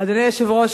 אדוני היושב-ראש,